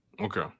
okay